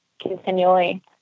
continually